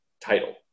title